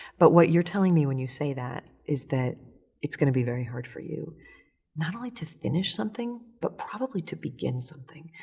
but what you're telling me when you say that is that it's gonna be very hard for you not only to finish something, but probably to begin something.